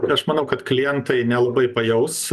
aš manau kad klientai nelabai pajaus